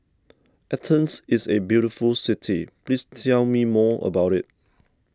Athens is a very beautiful city please tell me more about it